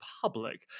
public